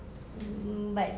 um but